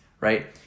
right